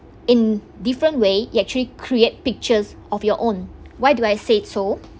in different way it actually create pictures of your own why do I said so